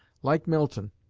like milton,